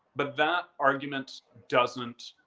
but that argument doesn't